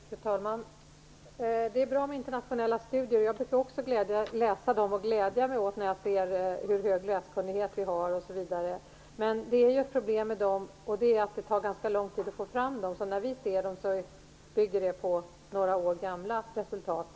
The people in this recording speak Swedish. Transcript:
Fru talman! Det är bra med internationella studier. Jag brukar också ta del av sådana, och jag blir glad när jag läser om den höga läskunnigheten i Sverige. Men det finns ett problem med de internationella studierna, och det är att det tar ganska lång tid att få fram dem. När vi får ta del av dem bygger uppgifterna på några år gamla resultat.